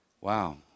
Wow